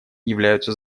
являются